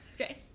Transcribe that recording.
Okay